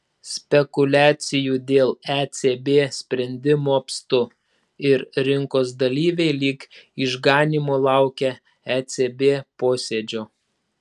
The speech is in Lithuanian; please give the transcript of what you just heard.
spekuliacijų dėl ecb sprendimo apstu ir rinkos dalyviai lyg išganymo laukia ecb posėdžio